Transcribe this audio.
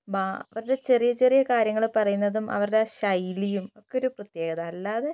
അവരുടെ ചെറിയ ചെറിയ കാര്യങ്ങള് പറയുന്നതും അവരുടെ ആ ശൈലിയും ഒക്കെ ഒരു പ്രത്യേകത അല്ലാതെ